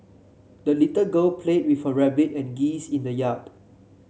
the little girl played with her rabbit and geese in the yard